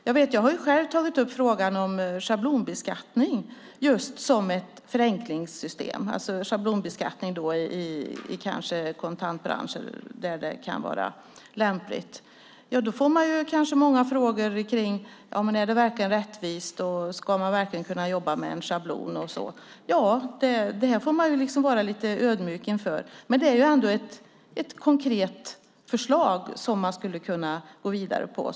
Jag har själv tagit upp frågan om schablonbeskattning som ett förenklingssystem. Det kan handla om schablonbeskattning i kontantbranscher där det kan vara lämpligt. Då får man många frågor om det verkligen är rättvist och om man verkligen ska kunna jobba med en schablon. Det får man vara lite ödmjuk inför. Men det är ändå ett konkret förslag som man skulle kunna gå vidare med.